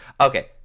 Okay